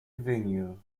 venue